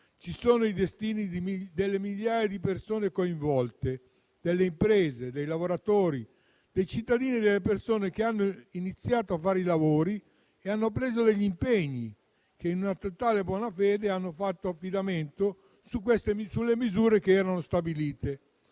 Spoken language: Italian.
ci sono i destini di migliaia di persone coinvolte, delle imprese, dei lavoratori, dei cittadini, che hanno iniziato i lavori e hanno preso degli impegni, che in totale buona fede hanno fatto affidamento sulle misure stabilite